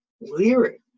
lyric